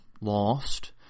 lost